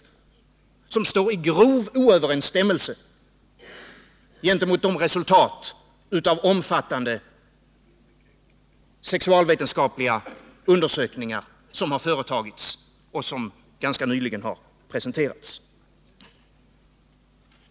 Den presentationen står i grov oöverensstämmelse med de resultat av omfattande sexualvetenskapliga undersökningar som ganska nyligen har presenterats.